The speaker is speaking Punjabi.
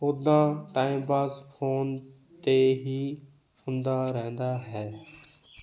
ਉੱਦਾਂ ਟਾਈਮ ਪਾਸ ਫੋਨ 'ਤੇ ਹੀ ਹੁੰਦਾ ਰਹਿੰਦਾ ਹੈ